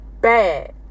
bad